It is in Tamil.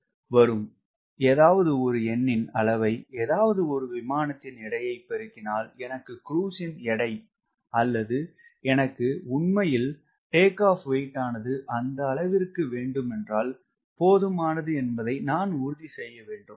985 வரும் ஏதாவது ஒரு எண்ணின் அளவை ஏதாவது ஒரு விமானத்தின் எடையை பெருக்கினால் எனக்கு க்ரூஸ் ன் எடை அல்லது எனக்கு உண்மையில் WT0 ஆனது அந்த அளவிற்கு வேண்டும் என்றால் போதுமானது என்பதை நான் உறுதி செய்ய வேண்டும்